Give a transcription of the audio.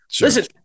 Listen